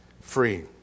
free